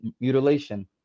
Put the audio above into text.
mutilation